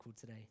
today